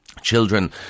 children